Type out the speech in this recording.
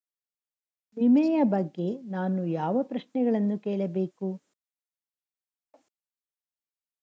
ವಿಮೆಯ ಬಗ್ಗೆ ನಾನು ಯಾವ ಪ್ರಶ್ನೆಗಳನ್ನು ಕೇಳಬೇಕು?